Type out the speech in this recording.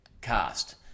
cast